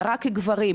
ורק גברים,